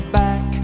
back